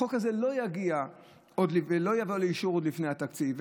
החוק הזה לא יבוא לאישור עוד לפני התקציב.